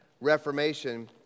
Reformation